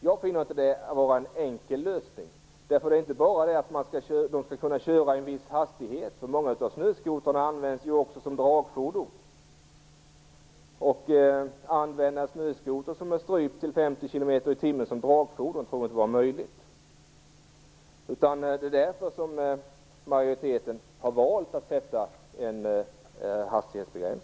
Jag finner det inte vara en enkel lösning, för snöskotrarna skall inte bara kunna köras i en viss hastighet, eftersom vissa också används som dragfordon. Att använda en snöskoter, som är strypt till 50 kilometer i timmen, som dragfordon torde inte vara möjligt. Därför har majoriteten valt att sätta en hastighetsgräns.